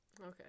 Okay